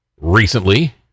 recently